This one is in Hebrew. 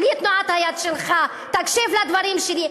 בלי תנועת היד שלך, תקשיב לדברים שלי.